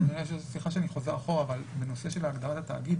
סליחה שאני חוזר אחורה אבל בנושא של הגדרת התאגיד